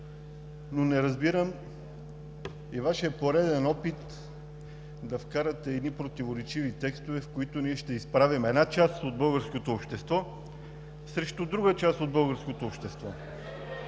но не разбирам и Вашия пореден опит да вкарате едни противоречиви текстове, в които ние ще изправим една част от българското общество срещу друга част от българското общество.